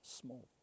small